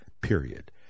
Period